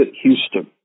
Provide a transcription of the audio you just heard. Houston